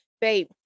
babe